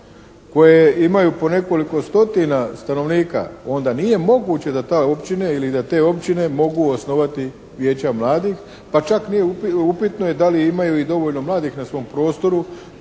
koje imaju po nekoliko stotina stanovnika onda nije moguće da ta općina ili da te općine mogu osnovati vijeća mladih. Pa čak nije, upitno je da li imaju i dovoljno mladih na svom prostoru